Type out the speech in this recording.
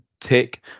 Tick